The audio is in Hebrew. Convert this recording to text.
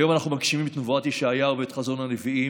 היום אנחנו מגשימים את נבואת ישעיהו ואת חזון הנביאים.